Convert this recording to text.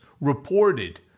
reported